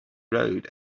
road